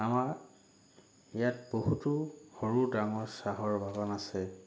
আমাৰ ইয়াত বহুতো সৰু ডাঙৰ চাহৰ বাগান আছে